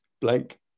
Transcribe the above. blank